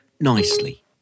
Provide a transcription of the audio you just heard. nicely